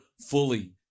fully